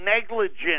negligent